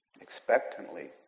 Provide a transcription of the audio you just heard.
expectantly